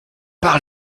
par